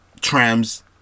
trams